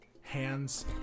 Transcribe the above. hands